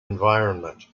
environment